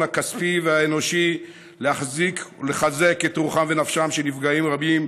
הכספי והאנושי להחזיק ולחזק את רוחם ונפשם של נפגעים רבים,